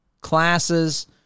classes